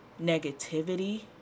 negativity